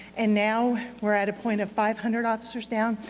and now we're at a point of five hundred officers down.